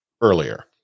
earlier